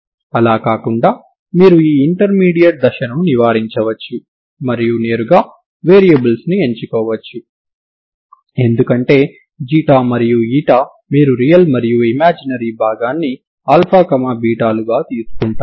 అలా కాకుండా మీరు ఈ ఇంటర్మీడియట్ దశను నివారించవచ్చు మరియు నేరుగా వేరియబుల్స్ను ఎంచుకోవచ్చు ఎందుకంటే ξ మరియు η మీరు రియల్ మరియు ఇమాజినరీ భాగాన్ని αβ లుగా తీసుకుంటారు